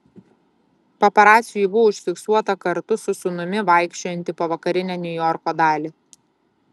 paparacių ji buvo užfiksuota kartu su sūnumi vaikščiojanti po vakarinę niujorko dalį